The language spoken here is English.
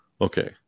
okay